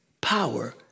power